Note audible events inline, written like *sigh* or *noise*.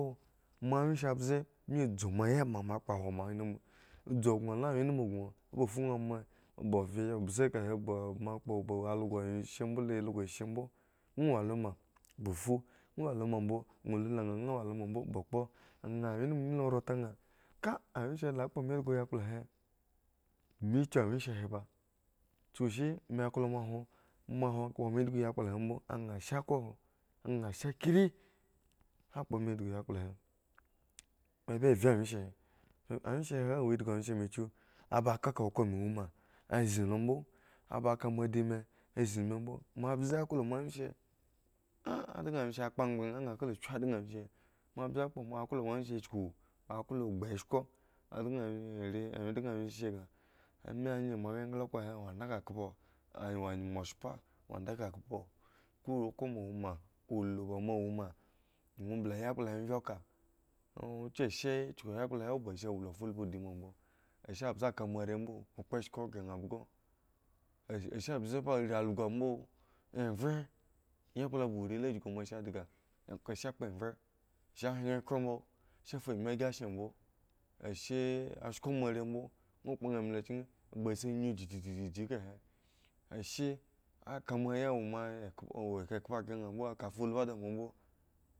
Kpo moawyenshe ambze bmi dzu moa ya bma kpohwo moa anum moa dzu gŋo la wyen num gŋoba fu ŋwo ama ba ovye embze kahe bo moa kpo ba also wyenshe mbole also oyenshe mbo owo wo lo ma ba fu ŋwo wo lo ma mbo ŋwo lula nha la ŋwo wo lo me mbo ba kpo awyen num milo oran tanhaka awyen she hela kpo me endhgo yakpla he me kyu awyeshe he ba chukushi me klo mahwon mahwon kpo me endhgo yakpla he ma ba vhe wyenshe he awyenshe awo endhgo awyen she me kyu aba ka ka okhro me wo ma azinlombo aba ka moa di me a zin me mbo moa mbze klo moawyenshe ah adan wyenshe he kpo angban anha klo kyu adan wyenshe he moa mbze aklo kpo moawyenshe shuku a klo gbu eshko adan okhro he awo indakhakhpo awo nyume oshpa wo andakhkpo *unintelligible* khro moa wo ma olu ba moa woma ŋwo bli yakpla he mrye ka ŋwo kyu ashe chuku yakpla he ka owo ba ashe wo fullhu di mambo ashe mbze ka moare mbo kpo eshko ghre nha bhgo ashe dga a she spo evhe a hre evhhe mbo afu ami ygi azlin mbo ashe a shko moare mbo ŋwo kpo nha ema chki kpha si nyu *unintelligible* kahe ashe a ka moa ya wo khpkpo ghre nha mbo ka fulbhu di moambo.